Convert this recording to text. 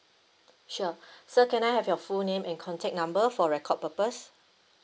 sure sir can I have your full name and contact number for record purpose